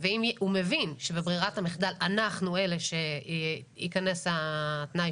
והוא מבין שבברירת המחדל אנחנו אלה שייכנס התנאי